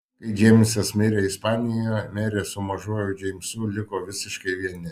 kai džeimsas mirė ispanijoje merė su mažuoju džeimsu liko visiškai vieni